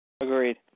Agreed